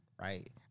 right